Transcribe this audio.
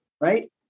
right